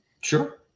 Sure